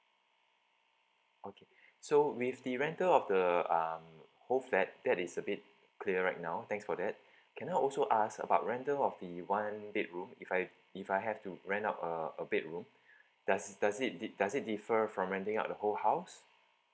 okay so with the rental of the um whole flat that is a bit clear right now thanks for that can I also ask about rental of the one bedroom if I if I have to rent out a a bedroom does does it di~ does it differ from renting out the whole house